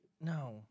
No